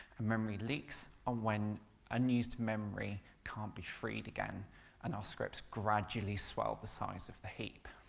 and memory leaks are when unused memory can't be freed again and our scripts gradually swell the size of the heap.